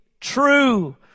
true